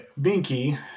binky